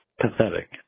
pathetic